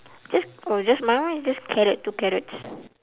just oh just my one is just carrot two carrots